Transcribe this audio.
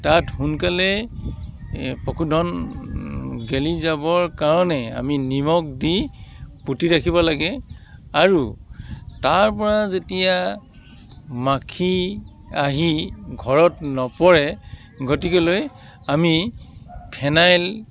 তাত সোনকালেই পশুধন গেলি যাবৰ কাৰণে আমি নিমখ দি পুতি ৰাখিব লাগে আৰু তাৰপৰা যেতিয়া মাখি আহি ঘৰত নপৰে গতিকেলৈ আমি ফেনাইল